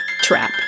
trap